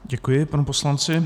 Děkuji panu poslanci.